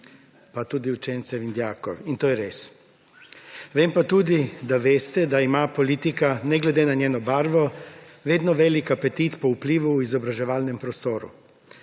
pa tudi učencev in dijakov. In to je res. Vem pa tudi, da veste, da ima politika ne glede na svojo barvo vedno velik apetit po vplivu v izobraževalnem prostoru.